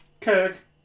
Kirk